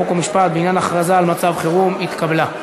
חוק ומשפט בעניין הכרזה על מצב חירום נתקבלה.